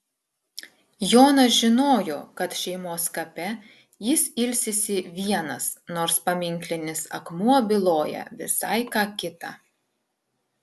jonas žinojo kad šeimos kape jis ilsisi vienas nors paminklinis akmuo byloja visai ką kita